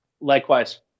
Likewise